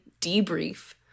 debrief